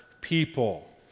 people